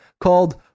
called